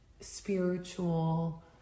spiritual